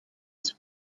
this